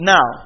Now